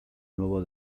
nuevo